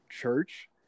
church